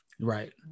Right